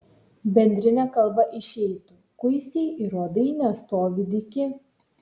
bendrine kalba išeitų kuisiai ir uodai nestovi dyki